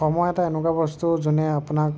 সময় এটা এনেকুৱা বস্তু যোনে আপোনাক